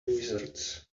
wizards